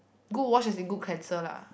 good wash as in good cleanser lah